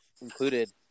included